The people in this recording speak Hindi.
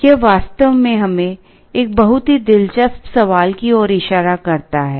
यह वास्तव में हमें एक बहुत ही दिलचस्प सवाल की ओर इशारा करता है